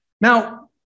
Now